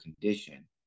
condition